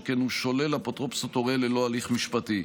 שכן הוא שולל אפוטרופסות הורה ללא הליך משפטי.